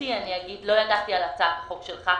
בתמימותי לא ידעתי על הצעת החוק שלך.